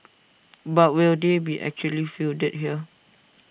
but will they be actually fielded here